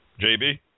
JB